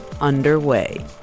underway